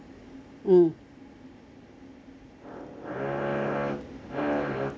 mm